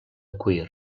cuir